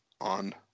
on